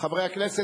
חברי הכנסת,